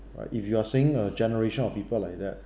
right if you are saying a generation of people like that